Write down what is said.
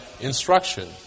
instruction